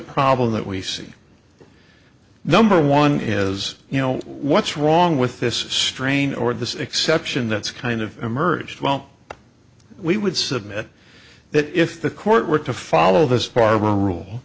problem that we see number one is you know what's wrong with this strain or this exception that's kind of emerged well we would submit that if the court were to follow this far rule